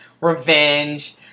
Revenge